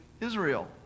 Israel